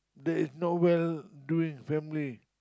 there's nowhere doing family